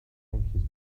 anxious